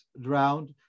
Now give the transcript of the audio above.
drowned